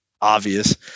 obvious